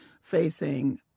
facing